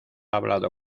hablado